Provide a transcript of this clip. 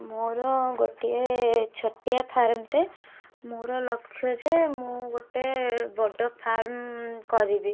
ମୋର ଗୋଟିଏ ଛୋଟିଆ ଫାର୍ମଟେ ମୋର ଲକ୍ଷ୍ୟ ଯେ ମୁଁ ଗୋଟେ ବଡ଼ ଫାର୍ମ କରିବି